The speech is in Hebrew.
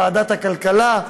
בוועדת הכלכלה,